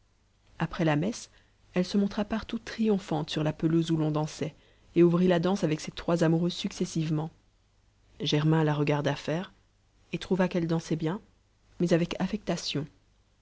après la messe elle se montra partout triomphante sur la pelouse où l'on dansait et ouvrit la danse avec ses trois amoureux successivement germain la regarda faire et trouva qu'elle dansait bien mais avec affectation